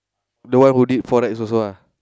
the one who did forex also ah